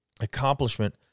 accomplishment